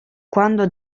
quando